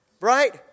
right